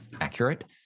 accurate